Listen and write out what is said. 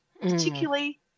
particularly